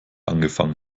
angefangen